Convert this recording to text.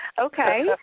Okay